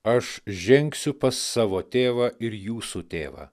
aš žengsiu pas savo tėvą ir jūsų tėvą